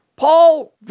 Paul